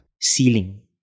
ceiling